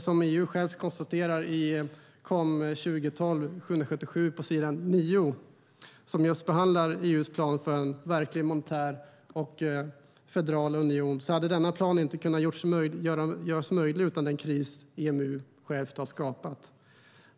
Som EU självt konstaterar i KOM 777 på s. 9, som just behandlar EU:s plan för en verklig monetär och federal union, hade denna plan inte kunnat göras möjlig utan den kris som EMU har skapat.